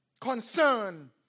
concern